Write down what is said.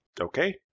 Okay